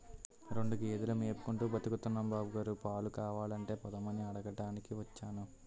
రెండు గేదెలు మేపుకుంటూ బతుకుతున్నాం బాబుగారు, పాలు కావాలంటే పోద్దామని అడగటానికి వచ్చాను